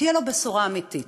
שתהיה לו בשורה אמיתית.